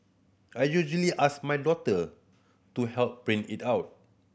I usually ask my daughter to help print it out